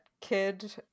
kid